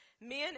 Men